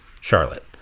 Charlotte